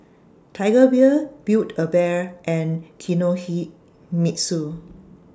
Tiger Beer Build A Bear and Kinohimitsu